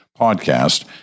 Podcast